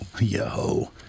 Yo